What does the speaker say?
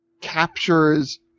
captures